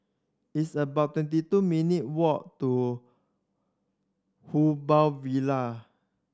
it's about twenty two minute walk to Who Bo Villa